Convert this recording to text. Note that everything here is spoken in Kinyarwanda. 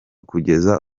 kugeza